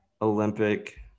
Olympic